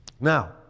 Now